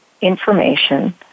information